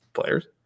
players